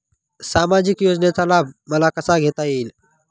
सामाजिक योजनेचा लाभ मला कसा घेता येईल?